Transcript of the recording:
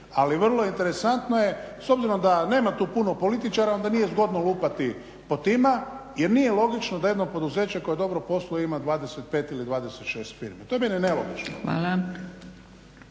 Ali vrlo interesantno je s obzirom da nema tu puno političara onda nije zgodno lupati po tima jer nije logično da jedno poduzeće koje dobro posluje ima 25 ili 26 firmi, to je meni nelogično.